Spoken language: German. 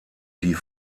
die